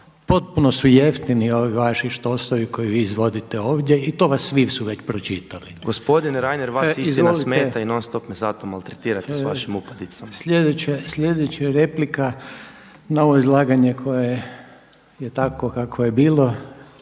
potpuno su jeftini ovi vaši štosovi koje vi izvoditi ovdje i to vas svi su već pročitali. **Pernar, Ivan (Živi zid)** Gospodine Reiner, vas istina smeta i non-stop me zato maltretirate sa vašim upadicama. **Reiner, Željko (HDZ)** Sljedeća replika na ovo izlaganje koje je takvo kakvo je bilo